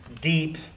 deep